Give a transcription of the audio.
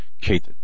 Kate